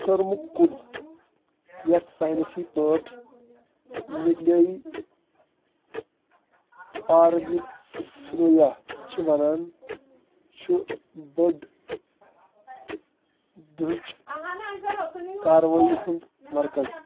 کٔرمُک کُل یتھ ساینٔسی پٲٹھۍ نیوکٕلِیٲیی پاروِفولِیا چھِ وَنان چھُ بٔڑ دُہٕچ کاروٲیی ہُنٛد مَرکز